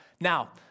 Now